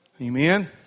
Amen